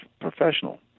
professional